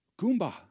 Goomba